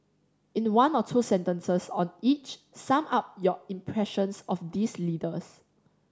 in one or two sentences on each sum up your impressions of these leaders